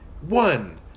one